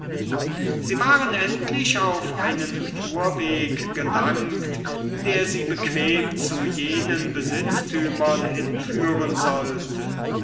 sie waren endlich auf einen fuhrweg gelangt der sie bequem zu jenen besitztümern hinführen sollte